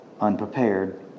unprepared